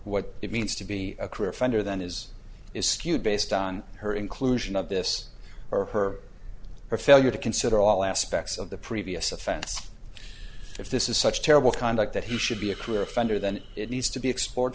what it means to be a career offender then is is skewed based on her inclusion of this or her or failure to consider all aspects of the previous offense if this is such terrible conduct that he should be a career offender then it needs to be explored